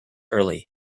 early